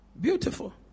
Beautiful